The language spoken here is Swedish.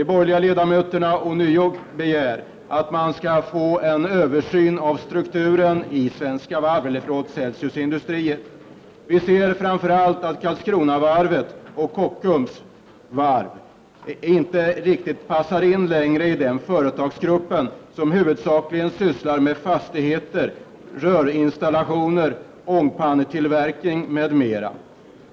De borgerliga ledamöterna begär här ånyo att man skall få en översyn av strukturen i Celsius Industrier. Vi anser framför allt att Karlskrona Varv och Kockums Varv inte längre passar riktigt in i den företagsgruppen, som huvudsakligen sysslar med fastigheter, rörinstallationer, ångpannetillverk ning m.m.